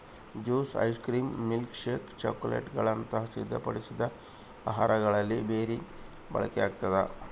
juice ice cream milkshake ಚಾಕೊಲೇಟ್ಗುಳಂತ ಸಿದ್ಧಪಡಿಸಿದ ಆಹಾರಗಳಲ್ಲಿ ಬೆರಿ ಬಳಕೆಯಾಗ್ತದ